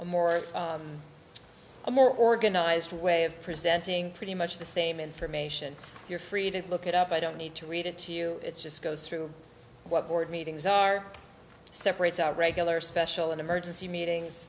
a more a more organized way of presenting pretty much the same information you're free to look it up i don't need to read it to you it's just go through what board meetings are separates out regular special emergency meetings